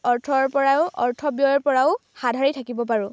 অৰ্থৰ পৰাইও অৰ্থ ব্যয়ৰ পৰাও হাত সাৰি থাকিব পাৰোঁ